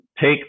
take